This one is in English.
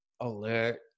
alert